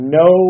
no